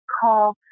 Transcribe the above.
call